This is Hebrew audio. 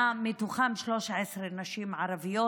ומתוכן 13 נשים ערביות.